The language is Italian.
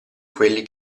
quelli